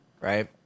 right